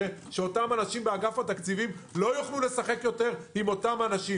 שאותם אנשים באגף התקציבים לא יוכלו לשחק עוד עם אותם אנשים.